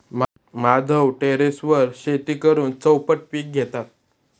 माधव टेरेसवर शेती करून चौपट पीक घेतात